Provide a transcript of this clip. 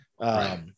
Right